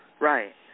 Right